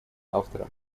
автором